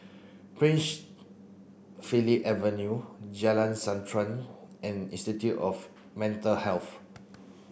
Prince Philip Avenue Jalan Srantan and Institute of Mental Health